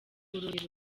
ngororero